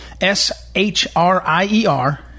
S-H-R-I-E-R